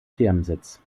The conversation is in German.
firmensitz